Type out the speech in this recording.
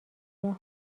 راه